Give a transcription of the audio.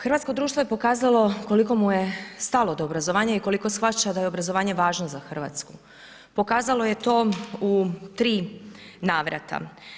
Hrvatsko društvo je pokazalo koliko mu je stalo do obrazovanja i koliko shvaća da je obrazovanje važno za Hrvatsku, pokazalo je to u tri navrata.